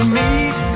meet